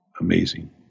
amazing